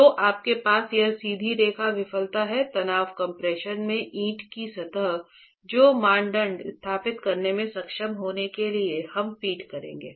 तो आपके पास यह सीधी रेखा विफलता है तनाव कम्प्रेशन में ईंट की सतह जो मानदंड स्थापित करने में सक्षम होने के लिए हम फ़ीड करेंगे